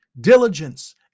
diligence